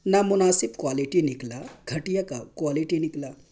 نامناسب کوالٹی نکلا گھٹیا کوالٹی نکلا